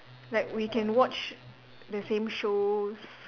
like we can watch the same shows